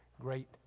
great